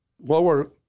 lower